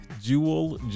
Jewel